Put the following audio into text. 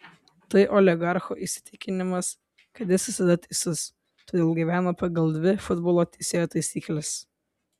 tai oligarcho įsitikinimas kad jis visada teisus todėl gyvena pagal dvi futbolo teisėjo taisykles